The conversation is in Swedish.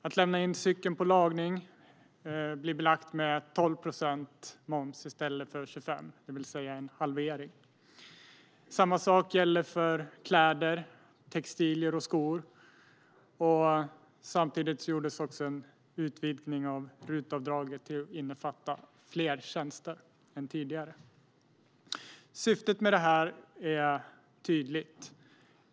Att lämna in cykeln på lagning blir belagt med 12 procents moms i stället för 25. Det är en halvering. Samma sak gäller för kläder, textilier och skor. Samtidigt gjordes också en utvidgning av RUT-avdraget till att innefatta fler tjänster än tidigare. Syftet med det här är tydligt.